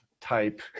type